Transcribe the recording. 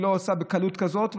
היא לא עושה בקלות כזאת.